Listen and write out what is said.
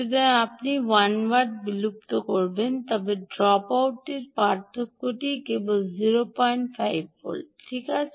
সুতরাং আপনি 1 ওয়াট বিলুপ্ত করবেন তবে ড্রপ আউটটির পার্থক্যটি কেবলমাত্র 05 ভোল্ট ঠিক আছে